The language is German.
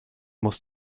muss